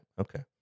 Okay